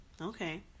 okay